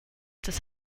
des